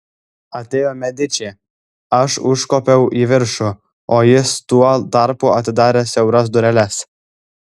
atėjo mediči aš užkopiau į viršų o jis tuo tarpu atidarė siauras dureles